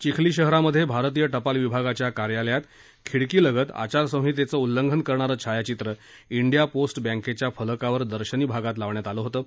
चिखली शहरामध्ये भारतीय टपाल विभागाच्या कार्यालयात खिडकीलगत आचारसंहितेचं उल्लंघन करणारं छायाचित्र इंडिया पोस्ट बँकेच्या फलकावर दर्शनी भागात लावण्यात आलं होतं